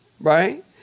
Right